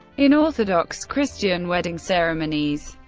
in orthodox christian wedding ceremonies,